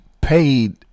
paid